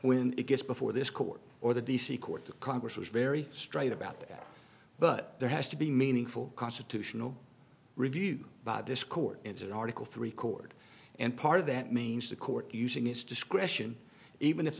when it gets before this court or the d c court of congress was very straight about that but there has to be meaningful constitutional review by this court it's an article three court and part of that means the court using its discretion even if